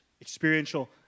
Experiential